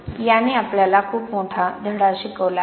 याने आपल्याला खूप मोठा धडा शिकवला आहे